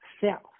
self